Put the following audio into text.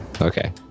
Okay